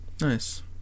Nice